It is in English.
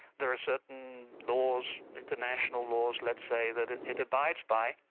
there are certain laws, international laws let's say, that it it abides by.